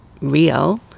real